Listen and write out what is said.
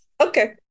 Okay